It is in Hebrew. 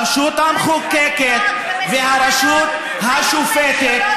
הרשות המחוקקת והרשות השופטת,